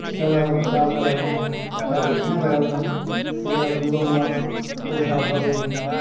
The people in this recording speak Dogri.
जादा ओह् प्रचार करा दे न उत्थें इ'यां करा दे न ते जेह्ड़े दूआ होंदा ओह् उसी आखदा भाई